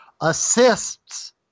assists